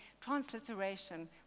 transliteration